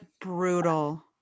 brutal